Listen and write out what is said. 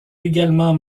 également